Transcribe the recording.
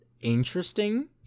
interesting